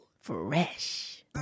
fresh